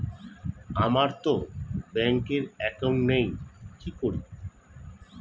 আমারতো ব্যাংকে একাউন্ট নেই কি করি?